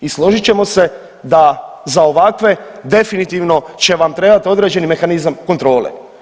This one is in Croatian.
I složit ćemo se da za ovakve definitivno će vam trebati određeni mehanizam kontrole.